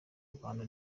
rwanda